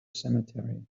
cemetery